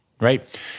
right